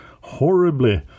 horribly